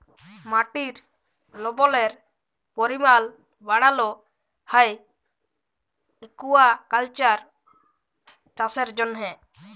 মাটির লবলের পরিমাল বাড়ালো হ্যয় একুয়াকালচার চাষের জ্যনহে